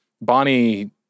Bonnie